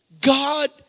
God